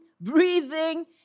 breathing